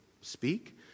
speak